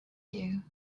you